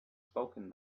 spoken